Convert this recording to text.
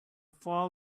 fall